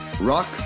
Rock